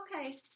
Okay